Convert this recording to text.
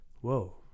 whoa